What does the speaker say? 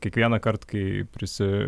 kiekvienąkart kai prisi